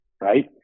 Right